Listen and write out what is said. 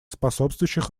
способствующих